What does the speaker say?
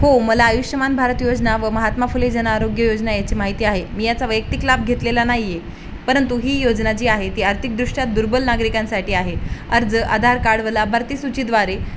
हो मला आयुष्यमान भारत योजना व महातमा फुले जनआरोग्य योजना याची माहिती आहे मी याचा वैयक्तिक लाभ घेतलेला नाहीये परंतु ही योजना जी आहे ती आर्थिकदृष्ट्या दुर्बल नागरिकांसाठी आहे अर्ज आधार कार्डवाला भरती सूचीद्वारे